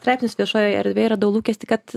straipsnius viešojoj erdvėj radau lūkestį kad